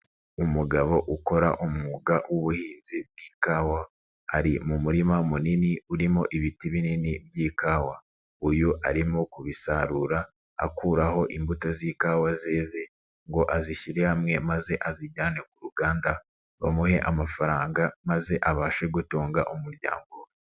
Umugabo ukora umwuga w'ubuhinzi bw'ikawa ari mu murima munini urimo ibiti binini by'ikawa, uyu arimo kubisarura akuraho imbuto z'ikawa zeze ngo azishyire hamwe maze azijyane ku ruganda bamuhe amafaranga maze abashe gutunga umuryango we.